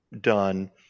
done